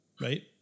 Right